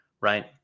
Right